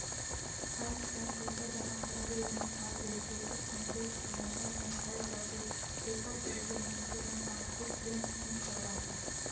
आयज कायल पइसा जमा करबे या निकालबे तेखर संदेश हर मोबइल मे आये जाथे तेखर चलते मइनसे मन पासबुक प्रिंट नइ करवायें